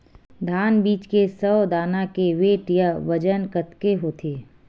धान बीज के सौ दाना के वेट या बजन कतके होथे?